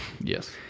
Yes